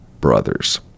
brothers